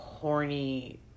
horny